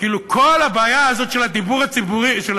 כאילו כל הבעיה הזאת של הדיור הציבורי,